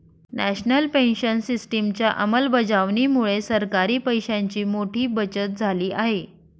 national pension सिस्टिमच्या अंमलबजावणीमुळे सरकारी पैशांची मोठी बचत झाली आहे